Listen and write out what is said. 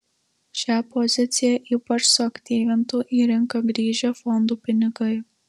šią poziciją ypač suaktyvintų į rinką grįžę fondų pinigai